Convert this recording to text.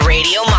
Radio